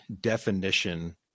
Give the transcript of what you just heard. definition